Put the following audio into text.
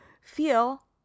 feel